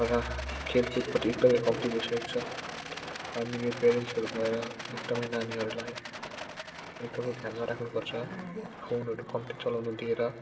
र खेलकुदपट्टि एकदमै कम्ती भइसकेको छ हामीले प्यारेन्ट्सहरू भएर एकदमै नानीहरूलाई एकदमै ध्यानमा राख्नुपर्छ फोनहरू कम्ती चलाउनु दिएर